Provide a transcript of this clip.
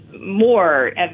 more